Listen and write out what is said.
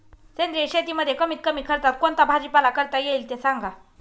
सेंद्रिय शेतीमध्ये कमीत कमी खर्चात कोणता भाजीपाला करता येईल ते सांगा